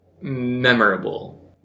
memorable